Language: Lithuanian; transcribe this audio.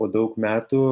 po daug metų